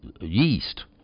yeast